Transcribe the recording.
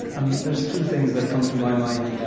um there's two things that come to my mind.